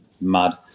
mad